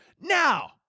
now